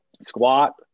Squat